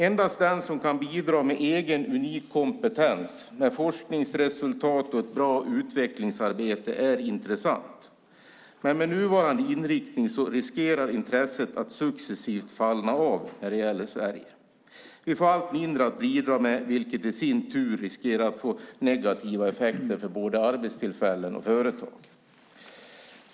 Endast den som kan bidra med egen, unik kompetens, forskningsresultat och ett bra utvecklingsarbete är intressant. Med nuvarande inriktning riskerar dock intresset att successivt falna när det gäller Sverige. Vi får allt mindre att bidra med, vilket i sin tur riskerar att få negativa effekter för både arbetstillfällen och företag.